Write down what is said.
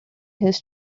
his